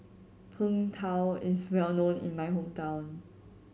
Png Tao is well known in my hometown